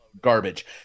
garbage